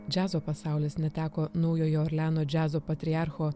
džiazo pasaulis neteko naujojo orleano džiazo patriarcho